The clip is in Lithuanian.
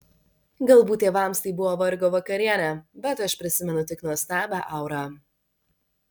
galbūt tėvams tai buvo vargo vakarienė bet aš prisimenu tik nuostabią aurą